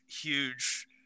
huge –